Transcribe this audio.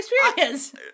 experience